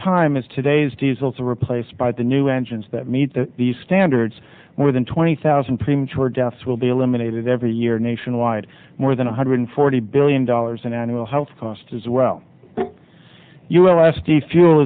time as today's diesel to replace buy the new engines that meet the standards more than twenty thousand premature deaths will be eliminated every year nationwide more than one hundred forty billion dollars in annual health costs as well you